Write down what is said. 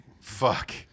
Fuck